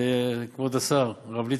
כבוד השר, הרב ליצמן,